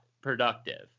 productive